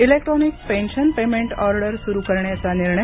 electronic pension payment order सुरू करण्याचा निर्णय